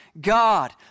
God